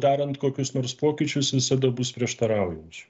darant kokius nors pokyčius visada bus prieštaraujančių